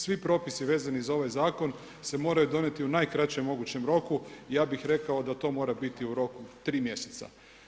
Svi propisi vezani za ovaj zakon se moraju donijeti u najkraćem mogućem roku i ja bi rekao da to mora biti u roku 3 mj.